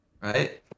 right